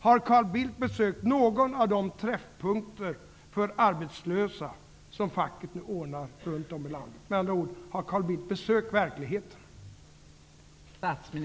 Har Carl Bildt besökt någon av de träffpunkter för arbetslösa som facket ordnar? Med andra ord: Har Carl Bildt besökt verkligheten?